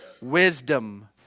wisdom